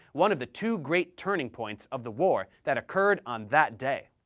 one of the two great turning points of the war that occurred on that day.